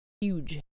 huge